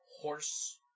horse